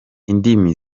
indimi